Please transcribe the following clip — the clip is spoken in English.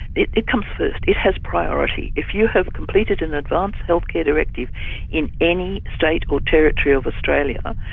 it it comes first it has priority. if you have completed an advance health care directive in any state or territory of australia,